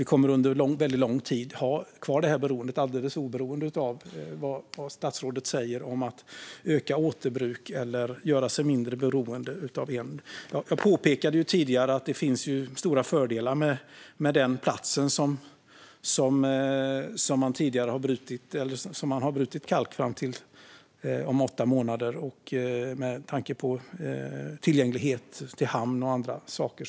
Vi kommer att ha kvar det här beroendet under väldigt lång tid alldeles oberoende av vad statsrådet säger om att öka återbruk eller göra sig mindre beroende av cement. Jag påpekade tidigare att det finns stora fördelar med den plats där man har brutit och kommer att bryta kalk i ytterligare åtta månader med tanke på tillgänglighet till hamn och andra saker.